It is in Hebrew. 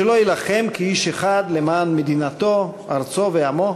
שלא יילחם כאיש אחד למען מדינתו, ארצו ועמו?